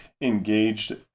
engaged